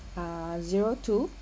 uh zero two